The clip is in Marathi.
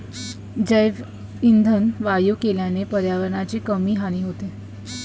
जैवइंधन वायू केल्याने पर्यावरणाची कमी हानी होते